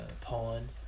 pawn